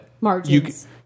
Margins